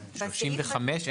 35(ה)(2).